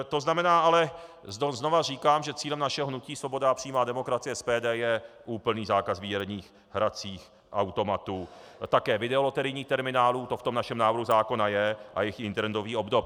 To znamená ale, znova říkám, že cílem našeho hnutí Svoboda a přímá demokracie, SPD, je úplný zákaz výherních hracích automatů, také videoloterijních terminálů, to v tom našem návrhu zákona je, a jejich internetových obdob.